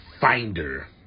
finder